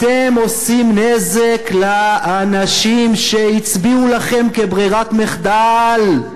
אתם עושים נזק לאנשים שהצביעו לכם כברירת מחדל.